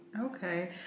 Okay